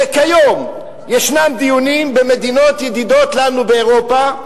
שכיום ישנם דיונים במדינות ידידות לנו באירופה,